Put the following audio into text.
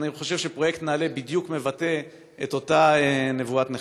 אני חושב שפרויקט נעל"ה מבטא בדיוק את אותה נבואת נחמה.